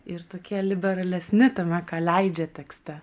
ir tokie liberalesni tame ką leidžia tekste